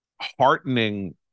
heartening